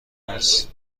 است